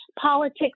politics